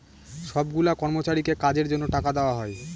সব গুলা কর্মচারীকে কাজের জন্য টাকা দেওয়া হয়